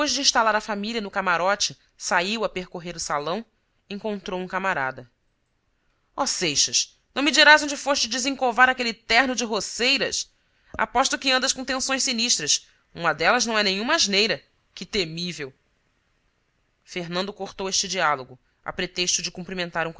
de instalar a família no camarote saiu a percorrer o salão encontrou um camarada ó seixas não me dirás onde foste desencovar aquele terno de roceiras aposto que andas com tenções sinistras uma delas não é nenhuma asneira que temível fernando cortou este diálogo a pretexto de cumprimentar um